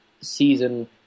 season